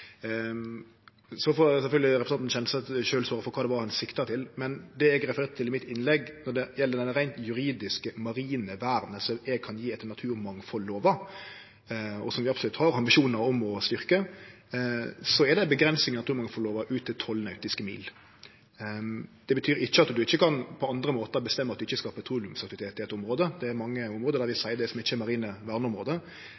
Så får sjølvsagt representanten Kjenseth sjølv svare for kva det var han sikta til, men det eg refererte til i mitt innlegg når det gjeld det reint juridiske marine vernet som eg kan gje etter naturmangfaldlova, og som vi absolutt har ambisjonar om å styrkje, er ei avgrensing i naturmangfaldlova ut til 12 nautiske mil. Det betyr ikkje at ein ikkje på andre måtar kan bestemme at ein ikkje skal ha petroleumsaktivitet i eit område. Det er mange område der